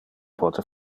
pote